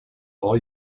all